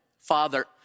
Father